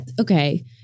okay